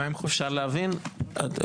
אומר לך